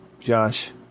josh